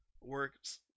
works